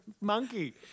monkey